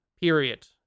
period